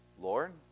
Lord